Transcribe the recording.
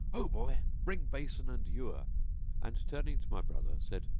ho boy! bring basin and ewer and, turning to my brother, said,